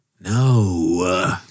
No